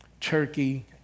Turkey